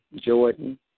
Jordan